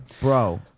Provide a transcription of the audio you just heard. Bro